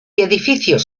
edificios